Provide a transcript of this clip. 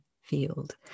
field